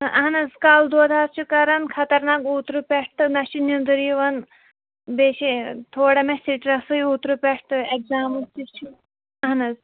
آ اَہَن حظ کَلہٕ دود حظ چھُ کَران خَطرناک اوٗترٕ پیٚٹھٕ تہٕ نہَ چھِ نیٚنٛدٕر یِوان بیٚیہِ چھِ یہِ تھوڑا مےٚ سِٹرٛسٕے اوٗترٕ پیٚٹھ تہٕ ایٚگزامُک تہِ چھُ اَہَن حظ